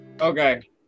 Okay